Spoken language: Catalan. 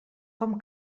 com